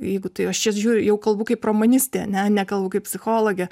jeigu tai aš čia žiūriu jau kalbu kaip romanistė ane nekalbu kaip psichologė